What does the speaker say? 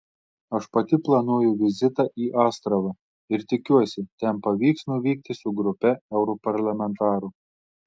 aš pati planuoju vizitą į astravą ir tikiuosi ten pavyks nuvykti su grupe europarlamentarų